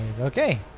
Okay